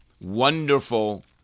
wonderful